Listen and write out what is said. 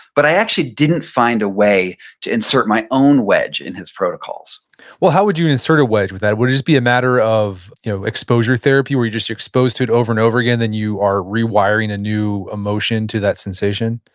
but i actually didn't find a way to insert my own wedge in his protocols well, how would you insert a wedge with that? would it just be a matter of exposure therapy, where you're just exposed to it over and over again, then you are rewiring a new emotion to that sensation?